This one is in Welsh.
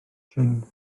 jin